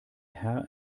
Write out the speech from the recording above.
herr